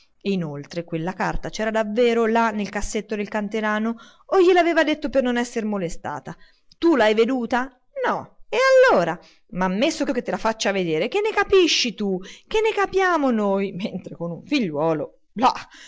e inoltre quella carta c'era davvero là nel cassetto del canterano o glie l'aveva detto per non esser molestata tu l'hai veduta no e allora ma ammesso che te la faccia vedere che ne capisci tu che ne capiamo noi mentre con un figliuolo